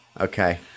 Okay